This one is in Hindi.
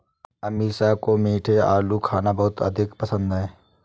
अमीषा को मीठे आलू खाना बहुत अधिक पसंद है